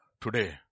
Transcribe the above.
today